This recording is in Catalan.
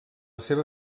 seva